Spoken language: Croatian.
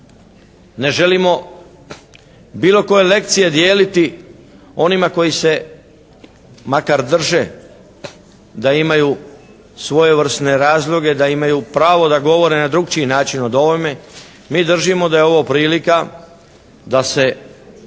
Ne želimo bilo koje lekcije dijeliti onima koji se makar drže da imaju svojevrsne razloge, da imaju pravo da govore na drukčiji način o ovome. Mi držimo da je ovo prilika da se ovaj